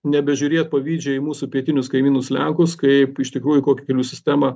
nebežiūrėt pavydžiai į mūsų pietinius kaimynus lenkus kaip iš tikrųjų kokia kelių sistema